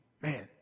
Man